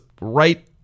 right